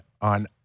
on